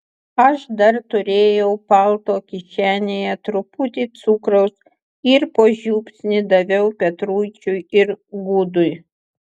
aš dar turėjau palto kišenėje truputį cukraus ir po žiupsnį daviau petruičiui ir gudui